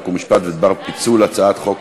חוק ומשפט בדבר פיצול הצעת חוק